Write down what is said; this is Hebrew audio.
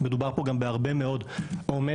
מדובר פה גם בהרבה מאוד אומץ.